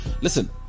listen